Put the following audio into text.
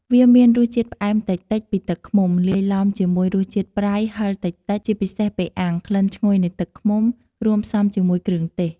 វាមានរសជាតិផ្អែមតិចៗពីទឹកឃ្មុំ លាយឡំជាមួយរសជាតិប្រៃ ហឹរតិចៗ ជាពិសេសពេលអាំង ក្លិនឈ្ងុយនៃទឹកឃ្មុំ រួមផ្សំជាមួយគ្រឿងទេស។